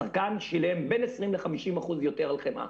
הצרכן שילם בין 20% ל-50% על חמאה.